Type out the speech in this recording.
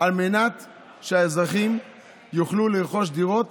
על מנת שהאזרחים יוכלו לרכוש דירות